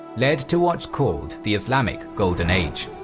led to what's called the islamic golden age.